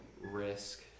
risk